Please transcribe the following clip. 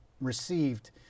received